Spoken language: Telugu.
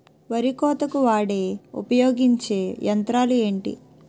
వరి కోతకు వాడే ఉపయోగించే యంత్రాలు ఏంటి?